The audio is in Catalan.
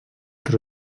els